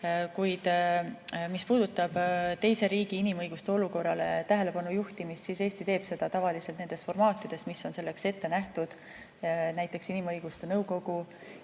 mis puudutab teise riigi inimõiguste olukorrale tähelepanu juhtimist, siis Eesti teeb seda tavaliselt nendes formaatides, mis on selleks ette nähtud, näiteks, inimõiguste nõukogu,